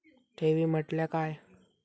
ठेवी म्हटल्या काय?